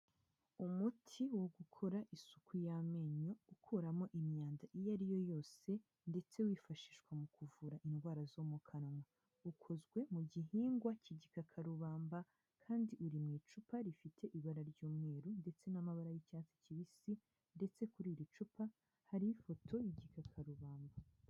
Umuti wo gukora isuku y'amenyo ukuramo imyanda iyo ari yo yose ndetse wifashishwa mu kuvura indwara zo mu kanwa. Ukozwe mu gihingwa k'igikakarubamba, kandi uri mu icupa rifite ibara ry'umweru ndetse n'amabara y'icyatsi kibisi, ndetse kuri iri cupa hariho ifoto y'igikakarubamba.